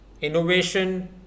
innovation